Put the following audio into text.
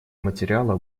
материала